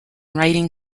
writing